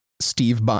Steve